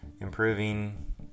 improving